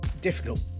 difficult